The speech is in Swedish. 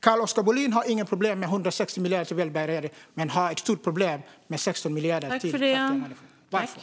Carl-Oskar Bohlin har inga problem med 140 miljarder till välbärgade, men han har ett stort problem med 16 miljarder till fattiga människor. Varför?